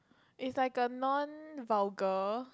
is like a non vulgar